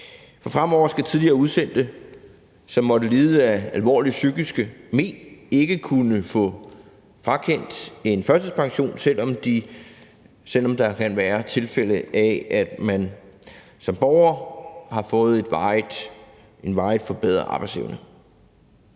For fremover skal tidligere udsendte, som måtte lide af alvorlige psykiske mén, ikke kunne få frakendt en førtidspension, selv om der kan være tilfælde, hvor man fået en varig forbedret arbejdsevne.